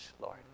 Lord